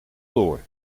door